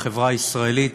בחברה הישראלית,